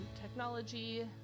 technology